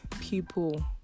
people